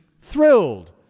thrilled